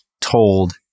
told